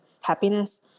happiness